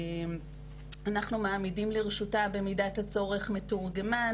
ואנחנו מעמידים לרשותה במידת בצורך מתורגמן.